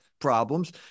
problems